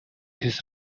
his